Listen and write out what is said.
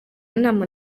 nama